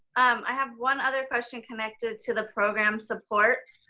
um i have one other question connected to the program support.